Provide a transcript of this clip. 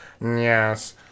Yes